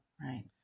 Right